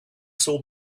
saw